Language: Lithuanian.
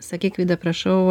sakyk vida prašau